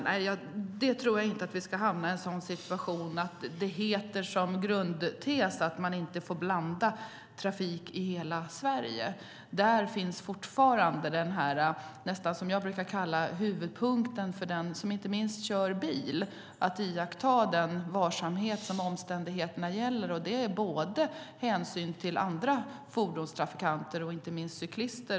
Nej, jag tror inte att vi ska hamna i en sådan situation att det heter som grundtes att man inte får blanda trafik i Sverige. Där finns fortfarande det som jag nästan brukar kalla huvudpunkten för den som inte minst kör bil, att man ska iaktta den varsamhet som omständigheterna kräver. Det handlar om hänsyn till andra fordonstrafikanter och inte minst cyklister.